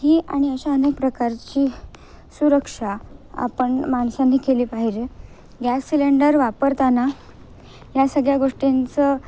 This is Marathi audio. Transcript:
ही आणि अशा अनेक प्रकारची सुरक्षा आपण माणसांनी केली पाहिजे गॅस सिलेंडर वापरताना या सगळ्या गोष्टींचं